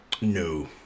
no